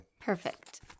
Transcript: Perfect